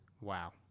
Wow